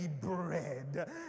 bread